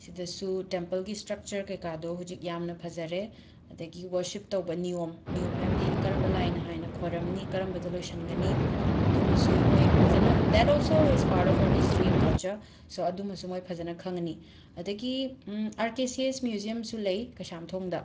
ꯁꯤꯗꯁꯨ ꯇꯦꯝꯄꯜꯒꯤ ꯁ꯭ꯇ꯭ꯔꯛꯆꯔ ꯀꯩ ꯀꯥꯗꯣ ꯍꯧꯖꯤꯛ ꯌꯥꯝꯅ ꯐꯖꯔꯦ ꯑꯗꯒꯤ ꯋꯔꯁꯤꯞ ꯇꯧꯕ ꯅꯤꯌꯣꯝ ꯅꯤꯌꯣꯝ ꯍꯥꯏꯕꯗꯤ ꯀꯔꯝꯕ ꯂꯥꯏꯅ ꯍꯥꯟꯅ ꯈꯣꯏꯔꯝꯅꯤ ꯀꯔꯝꯕꯗ ꯂꯣꯏꯁꯟꯒꯅꯤ ꯑꯗꯨꯃꯁꯨ ꯃꯣꯏ ꯐꯖꯅ that also is part of our history and culture so ꯑꯗꯨꯃꯁꯨ ꯃꯣꯏ ꯐꯖꯅ ꯈꯪꯉꯅꯤ ꯑꯗꯒꯤ ꯑꯥꯔ ꯀꯦ ꯁꯤ ꯑꯦꯁ ꯃ꯭ꯌꯨꯖ꯭ꯌꯝꯁꯨ ꯂꯩ ꯀꯩꯁꯥꯝꯊꯣꯛꯗ